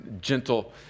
gentle